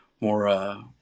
more